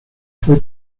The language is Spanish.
fue